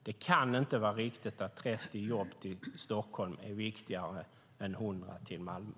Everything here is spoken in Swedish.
Det kan inte vara riktigt att 30 jobb till Stockholm är viktigare än 100 till Malmö.